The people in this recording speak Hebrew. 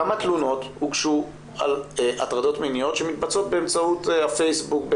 כמה תלונות הוגשו על הטרדות מיניות שמתבצעות באמצעות הפייסבוק,